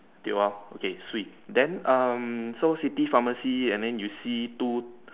tio ah okay Swee then um so city pharmacy and then you see two